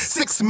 six